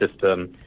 system